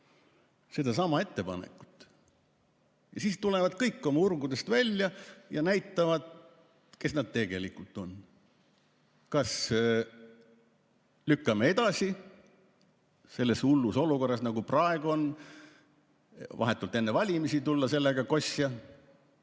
sedasama ettepanekut. Ja siis tulevad kõik oma urgudest välja ja näitavad, kes nad tegelikult on. Kas lükkame edasi selles hullus olukorras, nagu praegu on, et vahetult enne valimisi tulla sellega kosja,